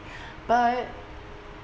but